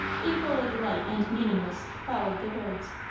equally light and meaningless, followed the words.